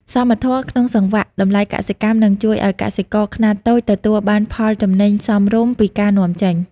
សមធម៌ក្នុងសង្វាក់តម្លៃកសិកម្ម នឹងជួយឱ្យកសិករខ្នាតតូចទទួលបានផលចំណេញសមរម្យពីការនាំចេញ។